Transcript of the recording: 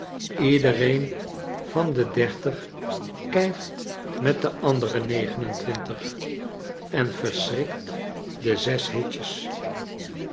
ledereen van de dertig kijft met de andere negen en twintig en verschrikt dezes hitjes